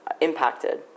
impacted